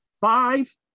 five